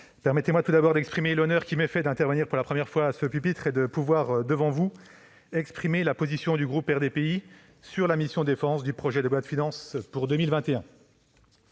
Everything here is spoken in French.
permettez-moi tout d'abord d'exprimer l'honneur qui m'est fait d'intervenir pour la première fois à cette tribune et d'exprimer devant vous la position du groupe RDPI sur la mission « Défense » du projet de loi de finances pour 2021.